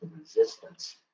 resistance